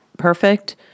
perfect